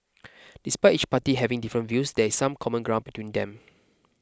despite each party having different views there some common ground between them